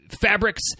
fabrics